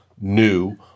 new